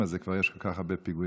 הזה כבר יש ככה כל כך הרבה פיגועים,